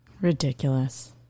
Ridiculous